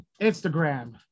Instagram